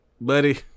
buddy